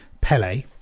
Pele